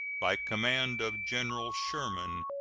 by command of general sherman